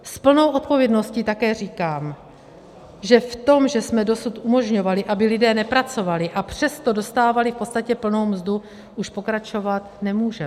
S plnou odpovědností také říkám, že v tom, že jsme dosud umožňovali, aby lidé nepracovali, a přesto dostávali v podstatě plnou mzdu, už pokračovat nemůžeme.